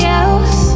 else